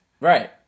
Right